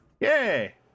Yay